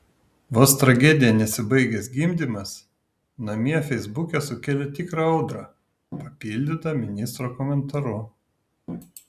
vos tragedija nesibaigęs gimdymas namie feisbuke sukėlė tikrą audrą papildyta ministro komentaru